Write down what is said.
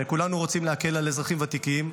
כולנו רוצים להקל על אזרחים ותיקים,